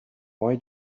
why